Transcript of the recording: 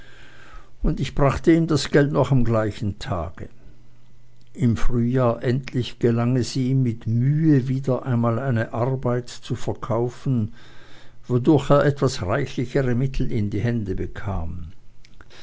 und ich brachte ihm das geld noch am gleichen tage im frühjahr endlich gelang es ihm mit mühe wieder einmal eine arbeit zu verkaufen wodurch er etwas reichlichere mittel in die hände bekam